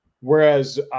Whereas